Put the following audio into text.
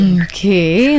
okay